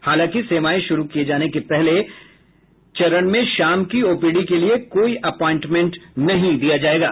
हालांकि सेवाएं शुरू किए जाने के पहले चरण में शाम की ओपीडी के लिए कोई एपॉयंटमेंट नहीं दिया जाएगा